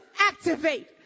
activate